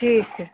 ठीक है